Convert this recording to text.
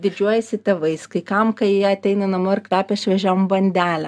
didžiuojasi tėvais kai kam kai ateini namo ir kvepia šviežia bandele